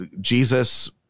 jesus